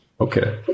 Okay